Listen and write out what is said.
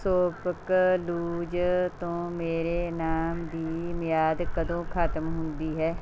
ShopClues ਤੋਂ ਮੇਰੇ ਇਨਾਮ ਦੀ ਮਿਆਦ ਕਦੋਂ ਖਤਮ ਹੁੰਦੀ ਹੈ